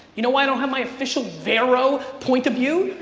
you know why i don't have my official vero point of view?